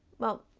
well,